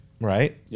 right